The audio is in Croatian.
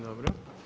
Dobro.